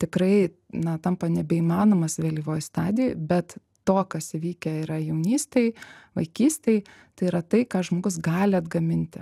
tikrai na tampa nebeįmanomas vėlyvoj stadijoj bet to kas įvykę yra jaunystėj vaikystėj tai yra tai ką žmogus gali atgaminti